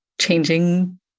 changing